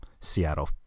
Seattle